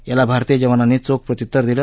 याला भारतीय जवानांनी चोख प्रत्य्तर दिलं